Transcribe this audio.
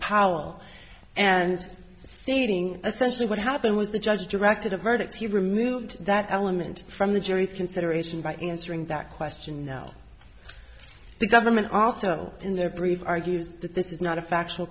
powell and stating essentially what happened was the judge directed a verdict he removed that element from the jury consideration by answering that question now the government also in their brief argues that this is not a factual